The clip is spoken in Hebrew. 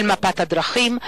של מפת הדרכים,